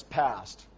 passed